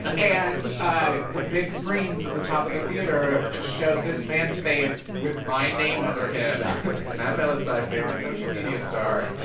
and the big screens at the top of the theater just showed this man's face with my name under him stop it matt bellassai, favorite social media star.